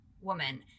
woman